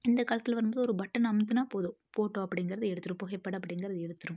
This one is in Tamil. இந்த காலத்தில் வரும்போது ஒரு பட்டன் அழுத்துன்னா போதும் போட்டோ அப்படிங்கறது எடுத்துரும் புகைப்படம் அப்படிங்கறது எடுத்துரும்